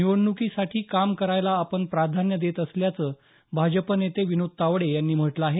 निवडणुकीसाठी काम करण्याला आपण प्राधान्य देत असल्याचं भाजप नेते विनोद तावडे यांनी म्हटलं आहे